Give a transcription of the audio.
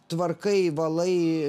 tvarkai valai